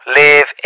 live